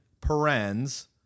parens